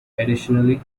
additionally